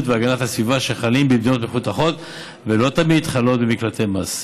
והגנת הסביבה שחלים במדינות מפותחות ולא תמיד חלים במקלטי מס.